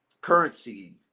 currency